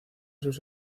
sus